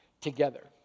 together